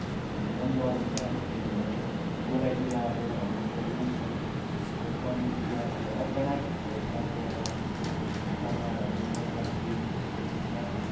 हामीलाई पनि डर हुन्छ एक्सिडेन्ट हुने गोलाईतिर अब हाम्रो त हिल्स हो अब टर्निङतिर अब अचानक भेट्छ कोही बेला त्यस्तो जनावरहरू लोथर्के त्यस्तो साँप